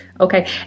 Okay